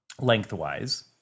lengthwise